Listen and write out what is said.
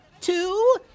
two